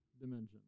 dimension